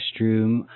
restroom